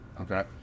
okay